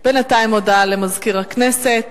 בינתיים, הודעה למזכיר הכנסת.